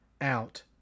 out